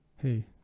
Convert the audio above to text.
hey